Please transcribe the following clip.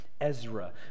Ezra